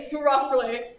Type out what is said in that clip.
Roughly